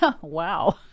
Wow